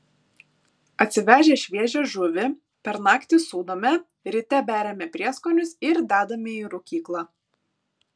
atsivežę šviežią žuvį per naktį sūdome ryte beriame prieskonius ir dedame į rūkyklą